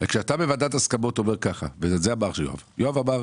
וכשאתה בוועדת הסכמות אומר כך, יואב אמר: